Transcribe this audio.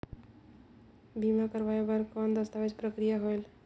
बीमा करवाय बार कौन दस्तावेज प्रक्रिया होएल?